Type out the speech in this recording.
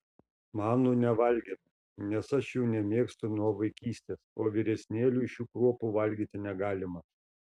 manų nevalgėme nes aš jų nemėgstu nuo vaikystės o vyresnėliui šių kruopų valgyti negalima